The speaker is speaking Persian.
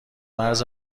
مرز